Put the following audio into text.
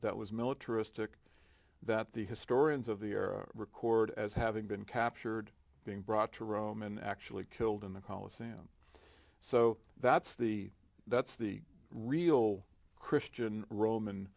that was militaristic that the historians of the record as having been captured being brought to rome and actually killed in the coliseum so that's the that's the real christian roman